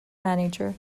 manager